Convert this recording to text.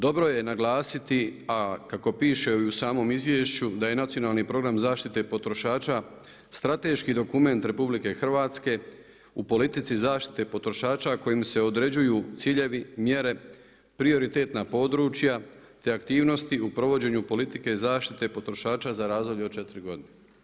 Dobro je naglasiti, a kako piše i u samom izvješću da je Nacionalni program zaštite potrošača strateški dokument RH u politici zaštite potrošača kojim se određuju ciljevi, mjere, prioritetna područja, te aktivnosti u provođenju politike zaštite potrošača za razdoblje od četiri godine.